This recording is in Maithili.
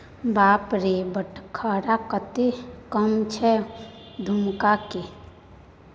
बाप रे बटखरा कतेक कम छै धुम्माके